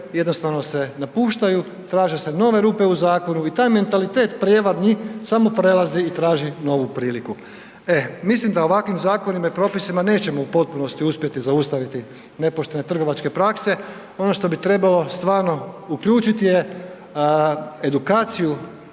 jednostavno se napuštaju, traže se nove rupe u zakonu i taj mentalitet prijevarni samo prelazi i traži novu priliku. Mislim da ovakvim zakonima i propisima nećemo u potpunosti uspjeti zaustaviti nepoštene trgovačke prakse. Ono što bi trebalo stvarno uključiti je edukaciju,